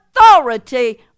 authority